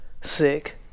sick